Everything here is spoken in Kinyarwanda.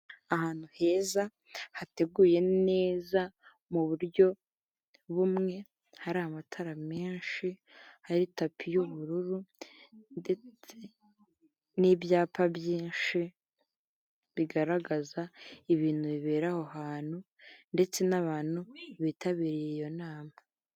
Ahantu heza hateguye neza mu buryo bumwe, hari amatara menshi hari tapi y'ubururu, ndetse n'ibyapa byinshi bigaragaza ibintu bibera aho hantu, ndetse n'abantu bitabiriye iyo nama.